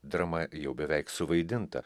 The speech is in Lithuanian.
drama jau beveik suvaidinta